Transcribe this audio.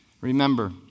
remember